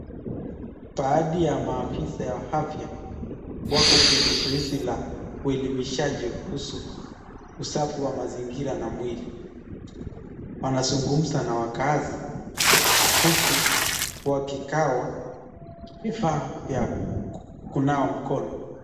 Baadhi ya maafisa ya afya wako kwenye zoezi la uelimishaji kuhusu usafi wa mazingira na mwili, wanazungumza na wakaazi huku wakigawa vifaa vya kunawa mkono.